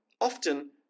often